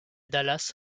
dallas